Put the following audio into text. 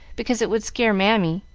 because it would scare mammy,